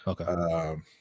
Okay